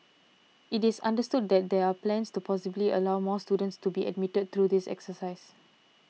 it is understood that there are plans to possibly allow more students to be admitted through this exercise